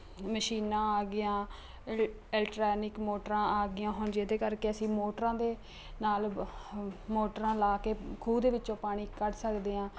ਮਸ਼ੀਨਾਂ ਆ ਗਈਆਂ ਅਲ ਅਲਟਰੈਨਿਕ ਮੋਟਰਾਂ ਆ ਗਈਆਂ ਹੋਣ ਜਿਹਦੇ ਕਰਕੇ ਅਸੀਂ ਮੋਟਰਾਂ ਦੇ ਨਾਲ ਬ ਮੋਟਰਾਂ ਲਾ ਕੇ ਖੂਹ ਦੇ ਵਿੱਚੋਂ ਪਾਣੀ ਕੱਢ ਸਕਦੇ ਹਾਂ